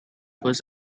was